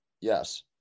Yes